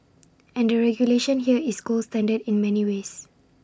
and the regulation here is gold standard in many ways